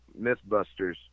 MythBusters